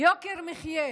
יוקר מחיה.